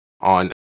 on